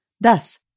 Thus